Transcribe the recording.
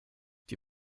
die